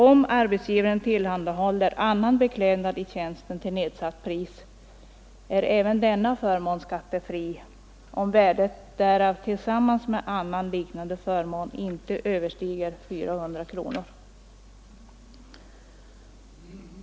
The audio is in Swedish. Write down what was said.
Om arbetsgivaren tillhandahåller annan beklädnad i och för tjänsten till nedsatt pris, är även denna förmån skattefri, om värdet därav tillsammans med annan liknande förmån inte överstiger 400 kronor.